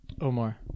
Omar